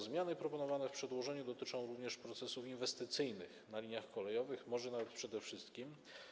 Zmiany proponowane w przedłożeniu dotyczą również procesów inwestycyjnych na liniach kolejowych, może nawet przede wszystkim.